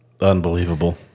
Unbelievable